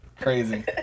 crazy